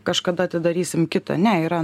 kažkada atidarysim kitą ne yra